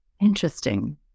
Interesting